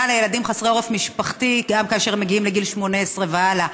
לילדים חסרי עורף משפחתי גם כאשר מגיעים לגיל 18 והלאה.